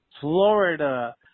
Florida